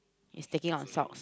is taking out socks